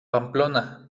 pamplona